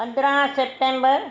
पंदरहां सिप्तेंबर